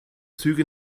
züge